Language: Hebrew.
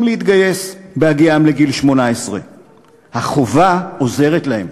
להתגייס בהגיעם לגיל 18. החובה עוזרת להם,